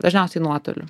dažniausiai nuotoliu